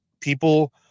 people